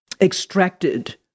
extracted